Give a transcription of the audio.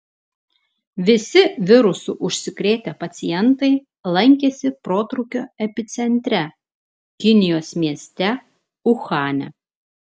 visi virusu užsikrėtę pacientai lankėsi protrūkio epicentre kinijos mieste uhane